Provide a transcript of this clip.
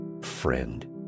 friend